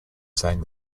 sang